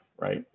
right